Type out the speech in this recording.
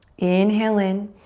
inhale in.